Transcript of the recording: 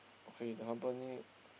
okay the company